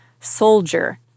Soldier